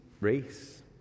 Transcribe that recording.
race